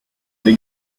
the